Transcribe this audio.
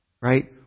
right